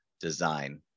design